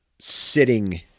sitting